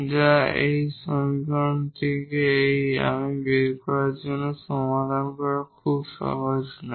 যা এই সমীকরণ থেকে এই আমি বের করার জন্য সমাধান করা খুব সহজ নয়